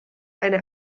eine